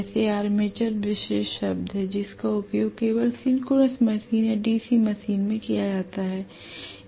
वैसे आर्मेचर विशेष शब्द है जिसका उपयोग केवल सिंक्रोनस मशीन और डीसी मशीन में किया जाता है